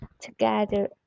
together